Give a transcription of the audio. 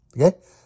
okay